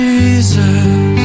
Jesus